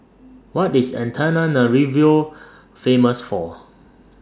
What IS Antananarivo Famous For